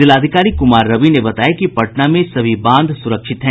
जिलाधिकारी कुमार रवि ने बताया कि पटना में सभी बांध सुरक्षित हैं